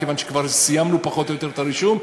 כיוון שכבר סיימנו פחות או יותר את הרישום,